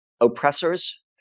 oppressors